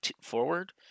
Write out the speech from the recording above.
forward